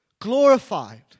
glorified